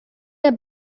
der